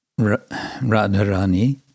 Radharani